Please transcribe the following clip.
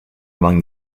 among